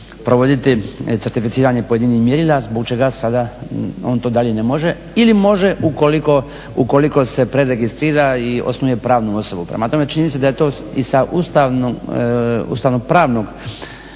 provoditi certificiranje pojedinih mjerila zbog čega sada on to dalje ne može ili može ukoliko se preregistrira i osnuje pravnu osobu. Prema tome, čini mi se da je to i sa ustavno-pravnog